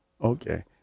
Okay